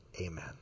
Amen